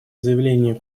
заявлении